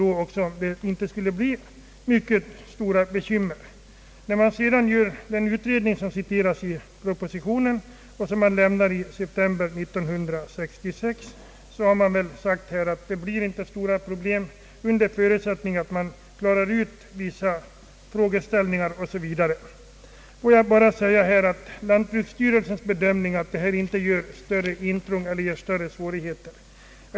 När man sedan har gjort den utredning, som omnämnes i propositionen och som lämnats i september 1966, har man sagt att det blir inga stora problem under förutsättning att man klarar ut vissa särskilda villkor 0. S. V. Lantbruksstyrelsens bedömningar av detta visar inga större svårigheter.